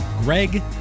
Greg